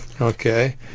Okay